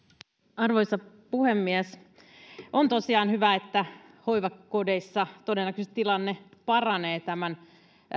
arvoisa puhemies on tosiaan hyvä että hoivakodeissa todennäköisesti tilanne paranee tämän